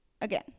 Again